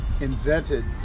invented